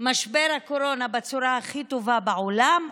משבר הקורונה בצורה הכי טובה בעולם,